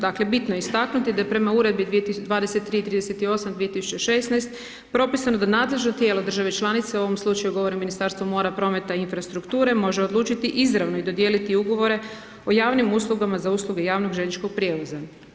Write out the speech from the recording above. Dakle, bitno istaknuti da je prema Uredbi 2338/2016 propisano da nadležno tijelo države članice u ovom slučaju govorim o Ministarstvu mora, prometa i infrastrukture može odlučiti izravno i dodijeliti ugovore o javnim uslugama za usluge javnog željezničkog prijevoza.